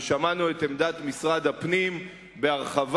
ושמענו את עמדת משרד הפנים בהרחבה.